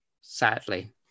sadly